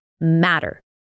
matter